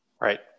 Right